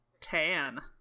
Tan